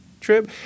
trip